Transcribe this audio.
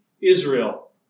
Israel